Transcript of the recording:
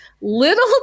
Little